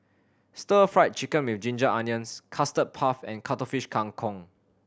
Stir Fried Chicken With Ginger Onions Custard Puff and Cuttlefish Kang Kong